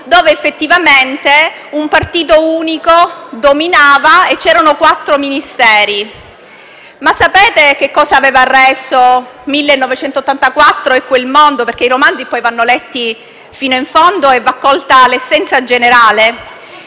effettivamente un partito unico dominava e c'erano quattro Ministeri. Ma sapete che cosa aveva creato quel mondo di «1984», perché i romanzi vanno letti fino in fondo e ne va accolta l'essenza generale?